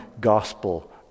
gospel